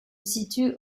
situe